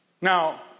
Now